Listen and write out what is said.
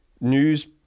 news